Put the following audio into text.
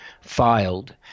filed